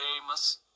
famous